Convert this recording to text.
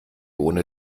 ohne